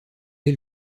est